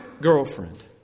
girlfriend